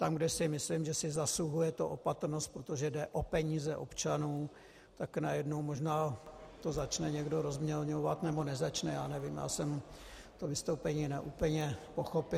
Tam, kde si myslím, že si to zasluhuje opatrnost, protože jde o peníze občanů, tak najednou možná to začne někdo rozmělňovat, nebo nezačne, já nevím, já jsem to vystoupení úplně nepochopil.